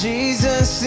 Jesus